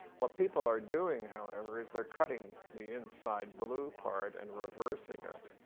what people are doing however is they're cutting the inside blue part and reversing it.